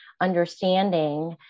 understanding